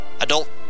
adult